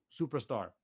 superstar